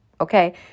okay